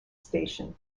station